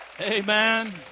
Amen